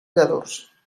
lladurs